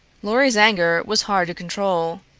lorry's anger was hard to control.